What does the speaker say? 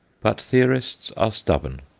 but theorists are stubborn,